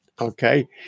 Okay